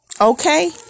okay